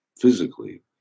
physically